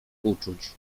uczuć